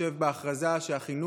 בהתחשב בהכרזה שהחינוך